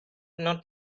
not